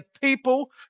people